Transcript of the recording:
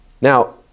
Now